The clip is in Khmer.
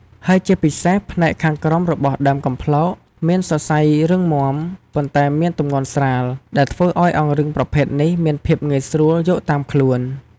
ហើយជាពិសេសផ្នែកខាងក្រោមរបស់ដើមកំប្លោក មានសរសៃរឹងមាំ ប៉ុន្តែមានទម្ងន់ស្រាល ដែលធ្វើឲ្យអង្រឹងប្រភេទនេះមានភាពងាយស្រួលយកតាមខ្លួន។